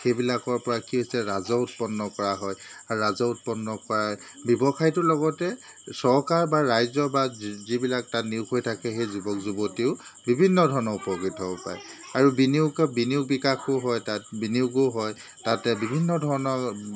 সেইবিলাকৰ পৰা কি হৈছে ৰাজহ উৎপন্ন কৰা হয় আও ৰাজহ উৎপন্ন কৰা ব্যৱসায়টোৰ লগতে চৰকাৰ বা ৰাইজৰ বা যি যিবিলাক তাত নিয়োগ হৈ থাকে সেই যুৱক যুৱতীও বিভিন্ন ধৰণৰ উপকৃত হ'ব পাৰে আৰু বিনিয়োগ বিনিয়োগ বিকাশো হয় তাত বিনিয়োগো হয় তাতে বিভিন্ন ধৰণৰ